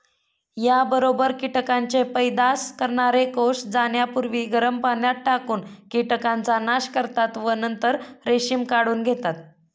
याबरोबर कीटकांचे पैदास करणारे कोष जाण्यापूर्वी गरम पाण्यात टाकून कीटकांचा नाश करतात व नंतर रेशीम काढून घेतात